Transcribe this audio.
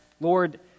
Lord